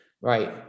Right